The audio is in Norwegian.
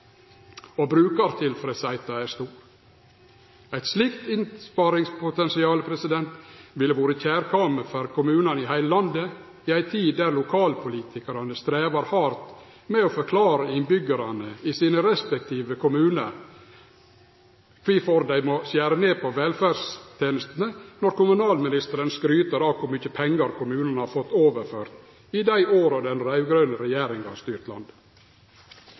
og brukartilfredsheita er stor. Eit slikt innsparingspotensial ville vore kjærkomede for kommunane i heile landet i ei tid då lokalpolitikarane strever hardt med å forklare innbyggjarane i sine respektive kommunar kvifor dei må skjere ned på velferdstenestene når kommunalministeren skryter av kor mykje pengar kommunane har fått overført i dei åra den raud-grøne regjeringa har styrt landet.